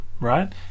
right